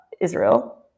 Israel